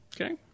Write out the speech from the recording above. okay